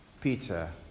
Peter